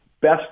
best